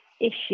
issue